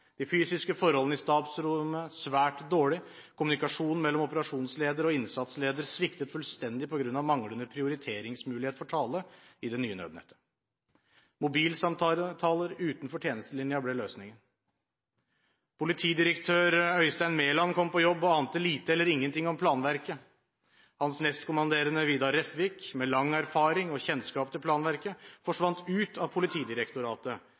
de fysiske forholdene i stabsrommene svært dårlige. Kommunikasjonen mellom operasjonsleder og innsatsleder sviktet fullstendig på grunn av manglende prioriteringsmulighet for tale i det nye nødnettet. Mobilsamtaler utenfor tjenestelinjen ble løsningen. Politidirektør Øystein Mæland kom på jobb og ante lite eller ingenting om planverket. Hans nestkommanderende, Vidar Refvik, med lang erfaring og kjennskap til planverket, forsvant ut av Politidirektoratet